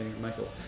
Michael